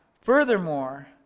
Furthermore